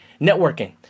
networking